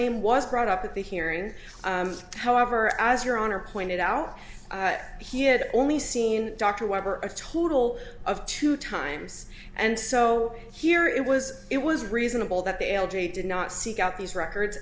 name was brought up at the hearing however as your honor pointed out he had only seen dr weber a total of two times and so here it was it was reasonable that the algae did not seek out these records